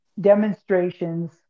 demonstrations